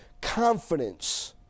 confidence